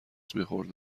میخورد